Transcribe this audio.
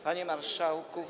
Panie Marszałku!